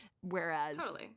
whereas